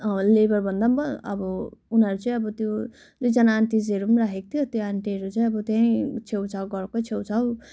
neighbour भन्दा नि भयो अब उनीहरू चाहिँ अब त्यो दुईजना आन्टीजहरू पनि राखेको थियो त्यो आन्टीहरू चाहिँ अब त्यहीँ छेउछाउ घरकै छेउछाउ प्लस